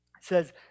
says